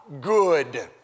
good